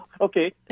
Okay